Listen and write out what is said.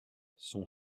son